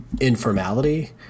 informality